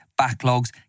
backlogs